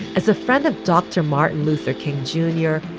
as a friend of dr. martin luther king junior.